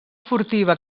furtiva